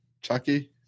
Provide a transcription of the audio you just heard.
Chucky